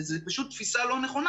וזה פשוט תפיסה לא נכונה,